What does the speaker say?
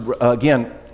again